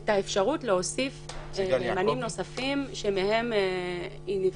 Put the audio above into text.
ואת האפשרות להוסיף נאמנים נוספים שמהם נבחרים.